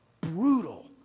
brutal